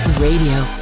Radio